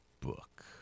Book